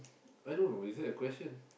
I don't know is that a question